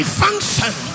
function